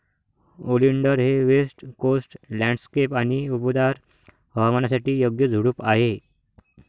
oleander हे west coast landscape आणि उबदार हवामानासाठी योग्य झुडूप आहे